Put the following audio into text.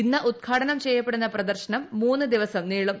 ഇന്ന് ഉദ്ഘാടനം ചെയ്യപ്പെടുന്ന പ്രദർശനം മൂന്ന് ദിവസം നീളും